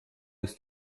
ist